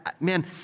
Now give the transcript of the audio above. man